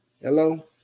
Hello